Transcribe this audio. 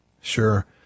Sure